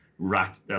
Rat